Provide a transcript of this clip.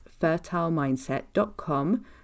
fertilemindset.com